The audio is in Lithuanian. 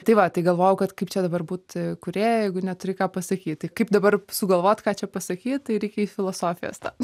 tai va tai galvojau kad kaip čia dabar būt kūrėja jeigu neturi ką pasakyt tai kaip dabar sugalvot ką čia pasakyt tai reikia į filosofiją stot